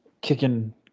kicking